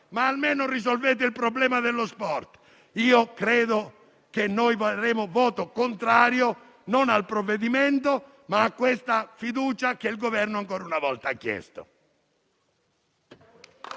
ma almeno risolvete il problema dello sport. Il nostro voto sarà contrario non al provvedimento, ma alla fiducia che il Governo ancora una volta ha chiesto.